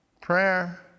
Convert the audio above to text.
prayer